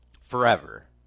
forever